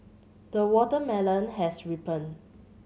the watermelon has ripened